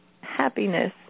happiness